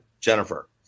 Jennifer